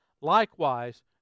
likewise